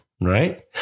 right